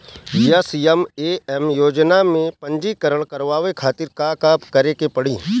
SMAM योजना में पंजीकरण करावे खातिर का का करे के पड़ी?